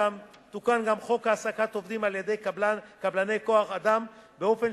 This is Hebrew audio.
תוקן גם חוק העסקת עובדים על-ידי קבלני כוח-אדם באופן